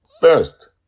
first